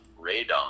radon